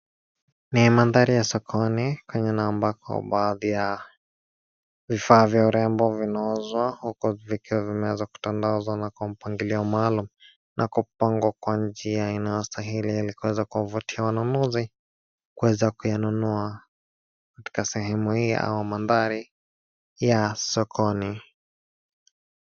Ni mandhari ya sokoni, kwenye eneo ambako baadhi ya vifaa vya urembo vinauzwa, huku vikiwa vimeanza kutandazwa kwa mpangilio maalum na kupangwa kwa njia inayostahili, ili kuweza kuwavutia wanunuzi kuyanunua katika sehemu hii ya sokoni.